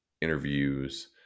interviews